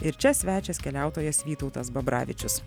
ir čia svečias keliautojas vytautas babravičius